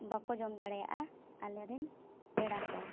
ᱵᱟᱠᱚ ᱡᱚᱢ ᱫᱟᱲᱮᱭᱟᱜᱼᱟ ᱟᱞᱮᱨᱮᱱ ᱯᱮᱲᱟ ᱠᱚ